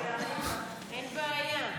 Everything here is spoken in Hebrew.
אין בעיה.